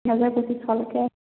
দুহেজাৰ পঁচিছশলৈকে আছে